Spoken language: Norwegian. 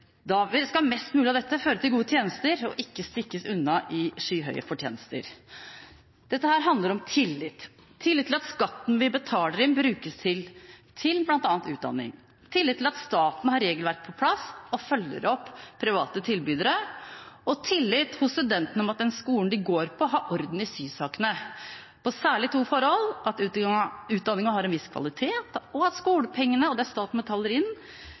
Da skal mest mulig av dette føre til gode tjenester, ikke stikkes unna i skyhøye fortjenester. Dette handler om tillit – tillit til at skatten vi betaler inn, brukes til bl.a. utdanning, tillit til at staten har regelverk på plass og følger opp private tilbydere, og tillit hos studentene til at den skolen de går på, har orden i sysakene – særlig på to forhold: at utdanningen har en viss kvalitet, og at skolepengene og det staten betaler inn,